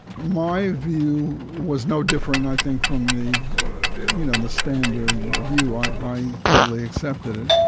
my view was no different i think from the you know and the standard view i i totally accepted it,